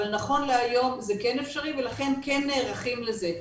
אבל נכון להיום זה כן אפשרי ולכן כן נערכים לזה.